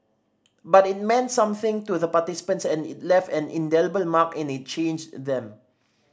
but it meant something to the participants and it left an indelible mark and it changed them